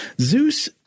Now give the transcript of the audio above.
Zeus